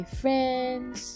friends